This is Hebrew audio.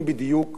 אחרי מותו.